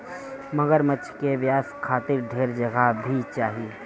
मगरमच्छ के व्यवसाय करे खातिर ढेर जगह भी चाही